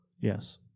Yes